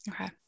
Okay